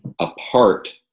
apart